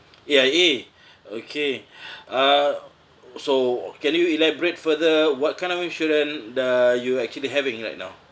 A_I_A okay uh so can you elaborate further what kind of insurance the you actually having right now